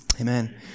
Amen